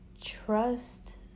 Trust